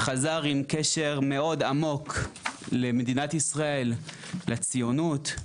חזר עם קשר מאוד עמוק למדינת ישראל, לציונות,